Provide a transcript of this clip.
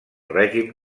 règim